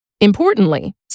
Importantly